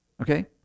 Okay